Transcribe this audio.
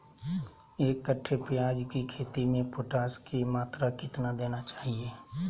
एक कट्टे प्याज की खेती में पोटास की मात्रा कितना देना चाहिए?